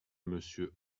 monsieur